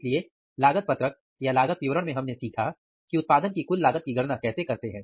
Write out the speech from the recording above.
इसलिए लागत पत्रक या लागत विवरण में हमने सीखा कि उत्पादन की कुल लागत की गणना कैसे करते हैं